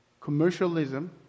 commercialism